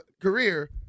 career